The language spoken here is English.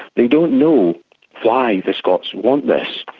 they don't know why the scots want this,